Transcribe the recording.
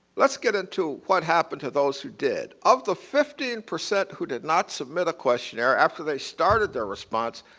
let's get into what happens to those who did. of the fifteen percent who did not submit a questionnaire after they started their response,